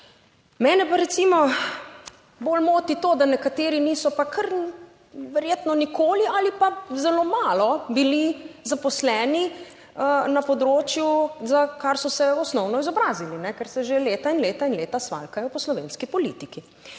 Mene pa recimo bolj moti to, da nekateri niso pa kar verjetno nikoli ali pa zelo malo bili zaposleni na področju za kar so se osnovno izobrazili, ker se že leta in leta in leta svaljkajo po slovenski politiki,